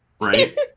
Right